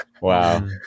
Wow